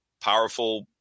powerful